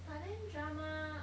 and then drama